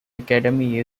academy